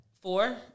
four